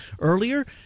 earlier